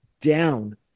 down